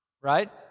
right